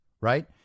right